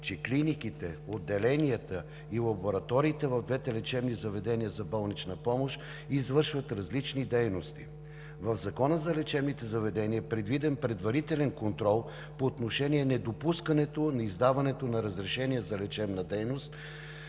че клиниките, отделенията и лабораториите в двете лечебни заведения за болнична помощ извършват различни дейности. В Закона за лечебните заведения е предвиден предварителен контрол по отношение недопускането на издаването на разрешения за лечебна дейност